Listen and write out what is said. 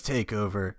Takeover